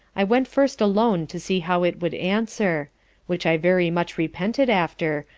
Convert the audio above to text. i went first alone to see how it would answer which i very much repented after,